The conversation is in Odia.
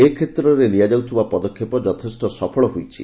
ଏ କ୍ଷେତ୍ରରେ ନିଆଯାଇଥିବା ପଦକ୍ଷେପ ଯଥେଷ୍ଟ ସଫଳ ହୋଇଛି